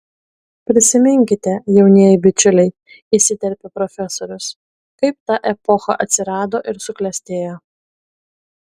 prisiminkite jaunieji bičiuliai įsiterpė profesorius kaip ta epocha atsirado ir suklestėjo